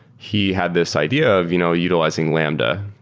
he had this idea of you know utilizing lambda.